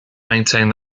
maintained